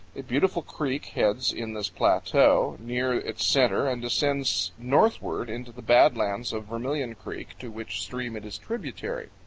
a beautiful creek heads in this plateau, near its center, and descends northward into the bad lands of vermilion creek, to which stream it is tributary.